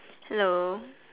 hello